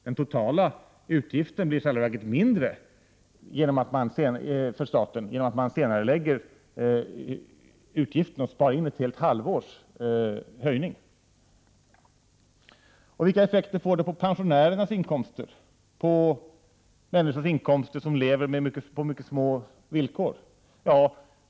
Den totala utgiften blir i själva verket mindre för staten genom att man senarelägger utgiften och spar in ett halvt års höjning. Vilka effekter får det på pensionärernas inkomster och på inkomsterna för de människor som lever på mycket små villkor.